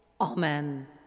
Amen